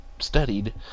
studied